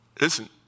Listen